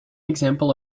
example